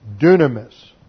dunamis